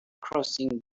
crossing